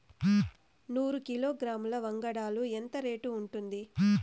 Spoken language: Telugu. నూరు కిలోగ్రాముల వంగడాలు ఎంత రేటు ఉంటుంది?